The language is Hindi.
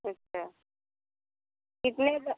अच्छा कितने का